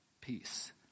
peace